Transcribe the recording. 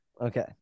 Okay